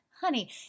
Honey